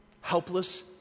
Helpless